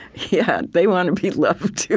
yeah, they want to be loved,